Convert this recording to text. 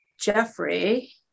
Jeffrey